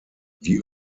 die